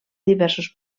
diversos